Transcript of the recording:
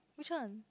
which one